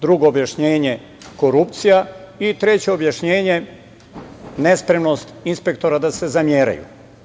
Drugo objašnjenje - korupcija i treće objašnjenje - nespremnost inspektora da se zameraju.